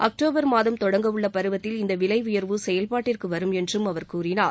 October மாதம் தொடங்கவுள்ள பருவத்தில் இந்த விலை உயர்வு செயல்பாட்டிற்கு வரும் என்றும் அவர் கூறினார்